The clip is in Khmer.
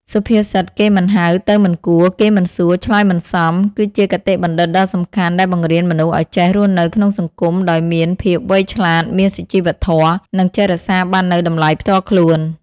សុភាសិត «គេមិនហៅ ទៅមិនគួរ គេមិនសួរ ឆ្លើយមិនសម» គឺជាគតិបណ្ឌិតដ៏សំខាន់ដែលបង្រៀនមនុស្សឲ្យចេះរស់នៅក្នុងសង្គមដោយមានភាពវៃឆ្លាត មានសុជីវធម៌ និងចេះរក្សាបាននូវតម្លៃផ្ទាល់ខ្លួន។